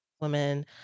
women